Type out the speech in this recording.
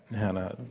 hanna,